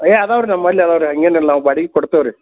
ಹೇ ಇದಾವೆ ರಿ ನಮ್ಮಲ್ಲಿ ಇದಾವೆ ರಿ ಹಾಗೇನಿಲ್ಲ ನಾವು ಬಾಡಿಗೆ ಕೊಡ್ತೇವೆ ರಿ